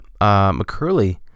McCurley